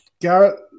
Garrett